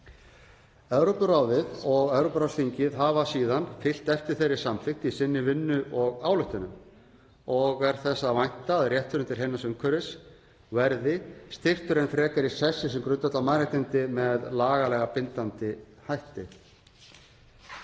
Evrópuráðið og Evrópuráðsþingið hafa síðan fylgt eftir þeirri samþykkt í sinni vinnu og ályktunum og er þess að vænta að rétturinn til heilnæms umhverfis verði styrktur enn frekar í sessi sem grundvallarmannréttindi með lagalega bindandi hætti.